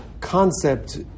concept